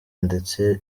ndetse